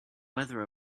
weather